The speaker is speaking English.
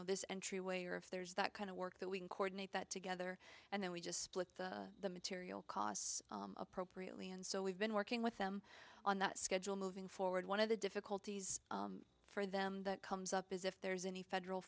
know this entryway or if there's that kind of work that we can coordinate that together and then we just split the material costs appropriately and so we've been working with them on that schedule moving forward one of the difficulties for them that comes up is if there's any federal